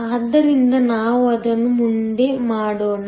ಆದ್ದರಿಂದ ನಾನು ಅದನ್ನು ಮುಂದೆ ಮಾಡೋಣ